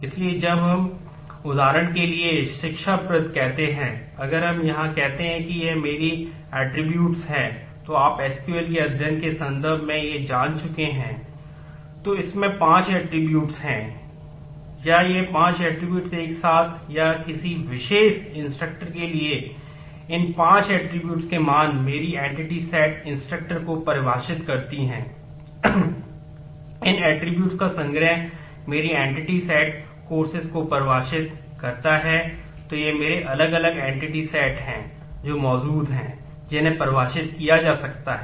इसलिए जब हम उदाहरण के लिए शिक्षाप्रद कहते हैं अगर हम यहां कहते हैं कि ये मेरी ऐट्रिब्यूट्स हैं जो मौजूद हैं जिन्हें परिभाषित किया जा सकता है